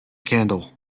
candle